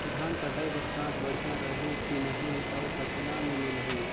धान कटाई बर साथ बढ़िया रही की नहीं अउ कतना मे मिलही?